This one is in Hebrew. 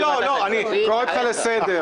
אני קורא אותך לסדר.